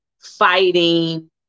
fighting